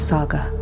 Saga